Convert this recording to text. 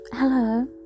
Hello